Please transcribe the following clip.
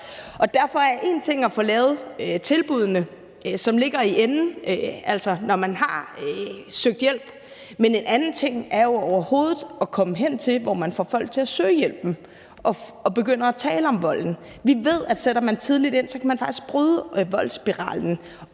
Derfor er det en ting og få lavet tilbuddene, som man kan få, når man har søgt hjælp, men en anden ting er jo overhovedet at komme hen til at få folk til at søge hjælp og begynde at tale om volden. Vi ved, at hvis man sætter tidligt ind, kan man faktisk bryde voldsspiralen,